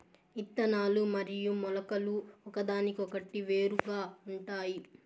ఇత్తనాలు మరియు మొలకలు ఒకదానికొకటి వేరుగా ఉంటాయి